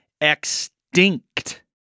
extinct